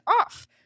off